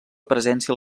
presència